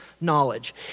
knowledge